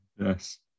Yes